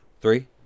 Three